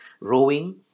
rowing